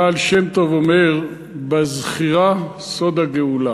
הבעל-שם-טוב אומר: בזכירה סוד הגאולה.